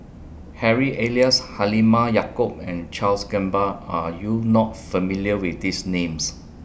Harry Elias Halimah Yacob and Charles Gamba Are YOU not familiar with These Names